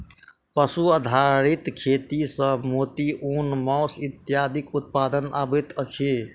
पशु आधारित खेती मे मोती, ऊन, मौस इत्यादिक उत्पादन अबैत अछि